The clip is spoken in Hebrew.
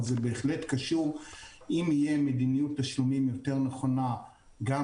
אבל זה בהחלט קשור אם תהיה מדיניות תשלומים יותר נכונה גם